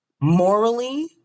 morally